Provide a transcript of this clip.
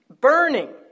Burning